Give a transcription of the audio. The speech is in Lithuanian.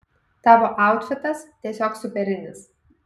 tavo autfitas tiesiog superinis